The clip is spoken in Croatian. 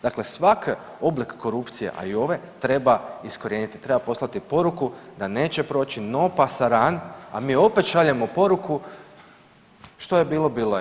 Dakle, svaki oblik korupcije, a i ove, treba iskorijeniti, treba poslati poruku da neće proći no pasaran, a mi opet šaljemo poruku što je bilo bilo je